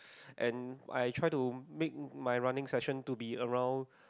and I try to make my running session to be around